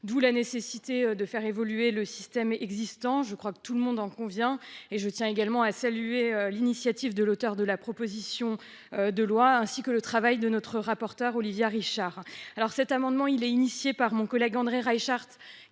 et la nécessité de faire évoluer le système existant. Je pense que tout le monde en convient. À cet égard, je tiens à saluer l’initiative de l’auteur de la proposition de loi, ainsi que le travail de notre rapporteure, Olivier Richard. Cet amendement a été élaboré par mon collègue André Reichardt,